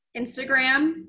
Instagram